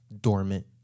dormant